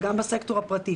וגם בסקטור הפרטי.